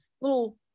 little